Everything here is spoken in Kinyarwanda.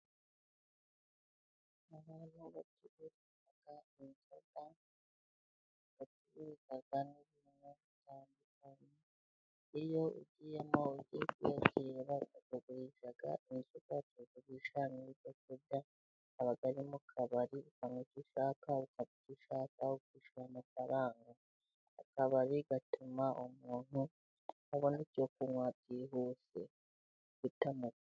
Ahantu bacuruza inzoga, bacuruza izoga z'amoko atandukanye, iyo ugiyemo ugiye kwiyakira, baguhereza inzoga, bakaguha n'ibyo kurya, haba ari mu kabari ukarya icyo ushaka , ukanywa icyo ushaka, ukishyura amafaranga. Akabari gatuma umuntu abona icyo kunywa byihuse, bitamugoye.